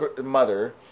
mother